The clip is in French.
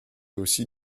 aussi